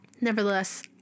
nevertheless